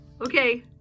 Okay